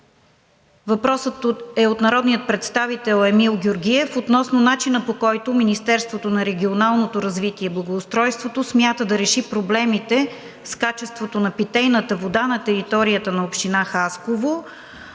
Въпросът е от народния представител Емил Георгиев относно начина, по който Министерството на регионалното развитие и благоустройството смята да реши проблемите с качеството на питейната вода на територията на община Хасково.